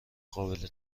قابل